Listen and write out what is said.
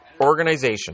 organization